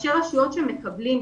ראשי הרשויות שמקבלים,